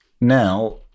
Now